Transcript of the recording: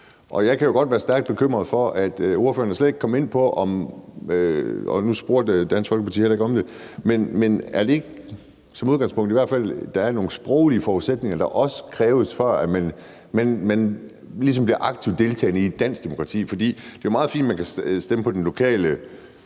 Jeg kan godt være stærkt bekymret for det her. Ordføreren kom slet ikke ind på det med sproget – nu spurgte Dansk Folkeparti heller ikke om det – men må udgangspunktet i hvert fald ikke være, at der er nogle sproglige forudsætninger, der skal leves op til, før man ligesom bliver aktivt deltagende i det danske demokrati? For det er meget fint, at man kan stemme på den lokale